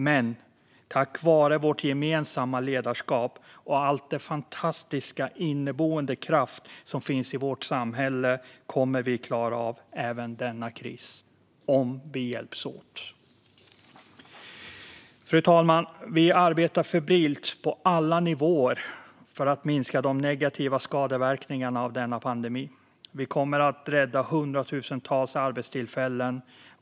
Men tack vare vårt gemensamma ledarskap och all den fantastiska inneboende kraft som finns i vårt samhälle kommer vi att klara av även denna kris om vi hjälps åt. Fru talman! Vi arbetar febrilt på alla nivåer för att minska skadeverkningarna av denna pandemi. Vi kommer att rädda hundratusentals arbetstillfällen.